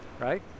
right